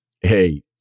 hey